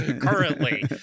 currently